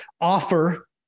offer